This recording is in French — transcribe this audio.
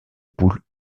poule